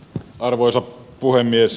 arvoisa puhemies